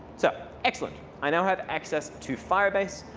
so excellent. i now have access to firebase.